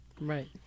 Right